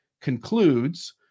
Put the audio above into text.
concludes